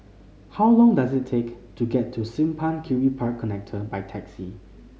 how long does it take to get to Simpang Kiri Park Connector by taxi